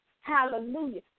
Hallelujah